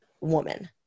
woman